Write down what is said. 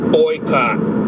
boycott